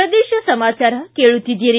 ಪ್ರದೇಶ ಸಮಾಚಾರ ಕೇಳುತ್ತಿದ್ದೀರಿ